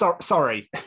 Sorry